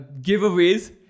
giveaways